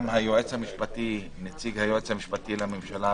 גם נציג היועץ המשפטי לממשלה,